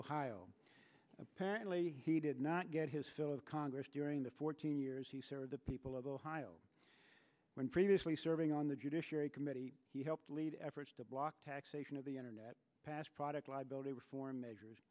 ohio apparently he did not get his fill of congress during the fourteen years he served the people of ohio when previously serving on the judiciary committee he helped lead efforts to block taxation of the internet past product liability reform